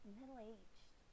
middle-aged